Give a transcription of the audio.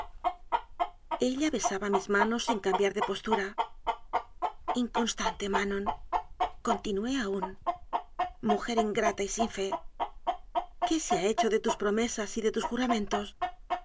besaba mis manos sin cambiar de postura inconstante manoncontinué aún mujer in grata y sin fe qué se ha hecho de tus promesas y de tus juramentos